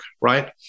right